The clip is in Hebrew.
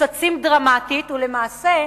מקוצצים דרמטית, ולמעשה,